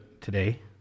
today